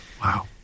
Wow